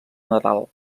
nadal